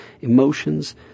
emotions